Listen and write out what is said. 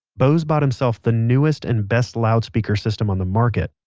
bose bought himself the newest and best loudspeaker system on the market.